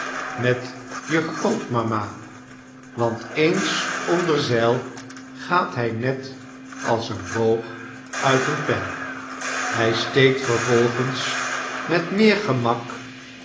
met je grootmama want eens onder zeil gaat hy net als een boog uit een pijl de schoolmeester de gedichten van den schoolmeester hy steekt vervolgens met meer gemak